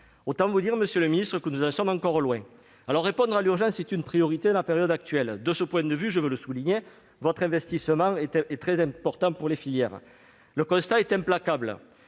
Autant vous dire, monsieur le ministre, que nous en sommes encore loin. Répondre à l'urgence est une priorité dans la période actuelle. De ce point de vue, je veux le souligner, votre investissement est très important pour les filières. Le constat est implacable